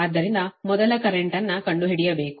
ಆದ್ದರಿಂದ ಮೊದಲು ಕರೆಂಟ್ ಅನ್ನು ಕಂಡುಹಿಡಿಯಬೇಕು